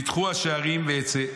פתחו השערים ואצא.